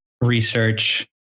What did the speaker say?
research